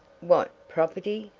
what property?